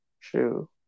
True